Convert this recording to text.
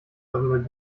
darüber